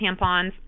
tampons